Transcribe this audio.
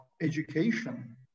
education